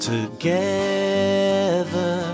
together